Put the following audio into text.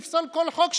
לפסול כל חוק שלכם.